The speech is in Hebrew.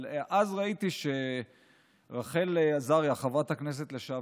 אבל אז ראיתי שרחל עזריה, חברת הכנסת לשעבר,